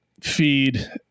feed